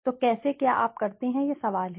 तो कैसे क्या आप करते हैं यह सवाल है